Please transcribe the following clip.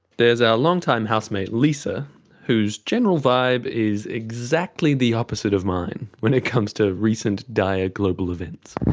there's our long-time housemate lisa whose general vibe is exactly the opposite of mine when it comes to recent dire global events.